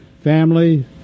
family